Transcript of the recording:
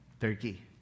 turkey